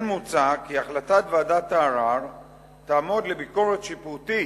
כן מוצע כי החלטת ועדת הערר תעמוד לביקורת שיפוטית